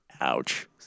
ouch